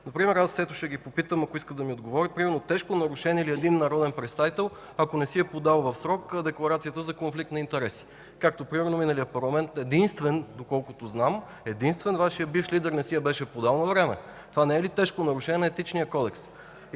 Например тежко нарушение ли е, ако един народен представител не си е подал в срок декларацията за конфликт на интереси? Както примерно в миналия парламент единствен, доколкото знам, единствен Вашият бивш лидер не си я беше подал навреме! Това не е ли тежко нарушение на Етичния кодекс?!